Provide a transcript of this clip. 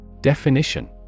Definition